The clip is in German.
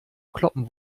kloppen